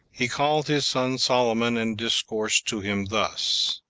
he called his son solomon, and discoursed to him thus